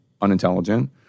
unintelligent